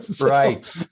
Right